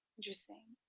interesting.